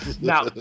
Now